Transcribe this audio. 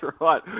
right